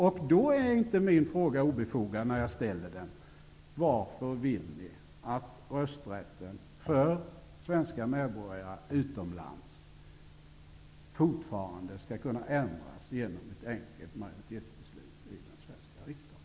Det är då inte obefogat att ställa min fråga: Varför vill ni att rösträtten för svenska medborgare boende utomlands fortfarande skall kunna ändras genom ett enkelt majoritetsbeslut i den svenska riksdagen?